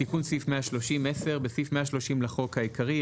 תיקון סעיף 13010.בסעיף 130 לחוק העיקרי,